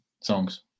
songs